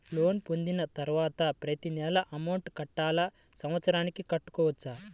Loan పొందిన తరువాత ప్రతి నెల అమౌంట్ కట్టాలా? సంవత్సరానికి కట్టుకోవచ్చా?